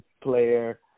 player